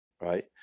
Right